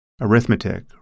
arithmetic